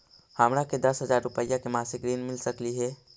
हमरा के दस हजार रुपया के मासिक ऋण मिल सकली हे?